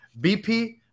BP